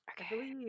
okay